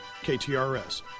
KTRS